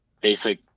basic